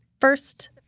First